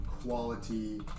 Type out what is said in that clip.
quality